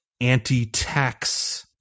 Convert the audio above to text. anti-tax